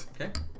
Okay